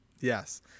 yes